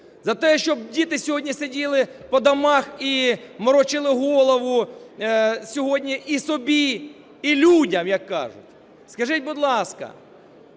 За те, щоб діти сьогодні сиділи по домах і морочили голову сьогодні і собі, і людям, як кажуть? Скажіть, будь ласка,